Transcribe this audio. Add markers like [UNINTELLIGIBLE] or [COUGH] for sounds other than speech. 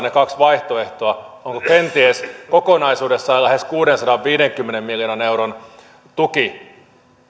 [UNINTELLIGIBLE] ne kaksi vaihtoehtoa onko kenties kokonaisuudessaan lähes kuudensadanviidenkymmenen miljoonan euron tuki